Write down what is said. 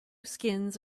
skins